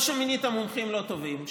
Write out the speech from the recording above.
או שמינית מומחים לא טובים,